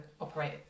operate